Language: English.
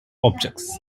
objects